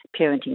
parenting